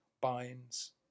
binds